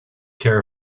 care